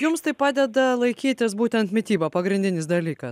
jums tai padeda laikytis būtent mityba pagrindinis dalykas